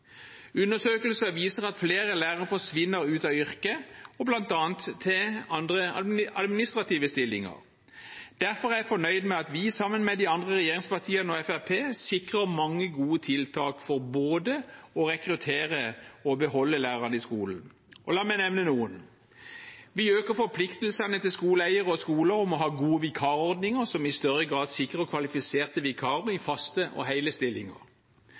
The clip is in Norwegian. Undersøkelser viser at flere lærere forsvinner ut av yrket, bl.a. til administrative stillinger. Derfor er jeg fornøyd med at vi sammen med de andre regjeringspartiene og Fremskrittspartiet sikrer mange gode tiltak for både å rekruttere og beholde lærerne i skolen. La meg nevne noen: Vi øker forpliktelsene til skoleeierne og skolene til å ha gode vikarordninger som i større grad sikrer kvalifiserte vikarer i faste og hele stillinger.